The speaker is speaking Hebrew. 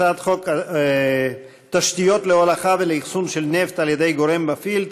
הצעת חוק תשתיות להולכה ולאחסון של נפט על-ידי גורם מפעיל,